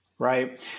Right